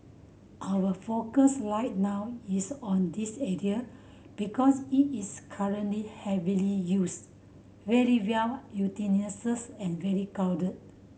our focus right now is on this area because it is currently heavily used very well utilises and very crowded